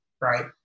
right